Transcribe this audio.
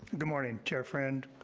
good morning, chair friend,